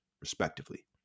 respectively